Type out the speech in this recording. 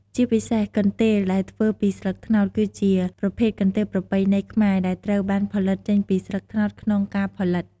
ជាពិសេស កន្ទេលដែលធ្វើពីស្លឹកត្នោត គឺជាប្រភេទកន្ទេលប្រពៃណីខ្មែរ ដែលត្រូវបានផលិតចេញពីស្លឹកត្នោតក្នុងការផលិត។